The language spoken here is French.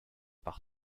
par